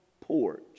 porch